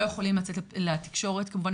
לא יכולים לצאת לתקשורת כמובן,